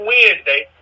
Wednesday